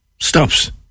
stops